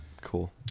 Cool